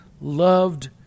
loved